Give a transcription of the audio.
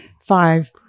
five